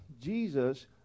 Jesus